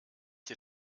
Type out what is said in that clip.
der